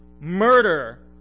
murder